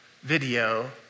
video